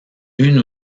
une